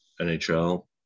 NHL